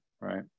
right